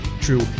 true